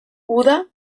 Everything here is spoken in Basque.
uda